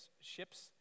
ships